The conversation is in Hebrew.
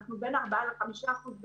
גדלה בקצב של בין 4 ל-5 אחוזים.